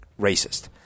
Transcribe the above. racist